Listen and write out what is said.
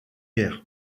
guerre